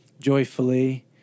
joyfully